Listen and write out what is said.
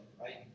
right